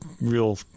real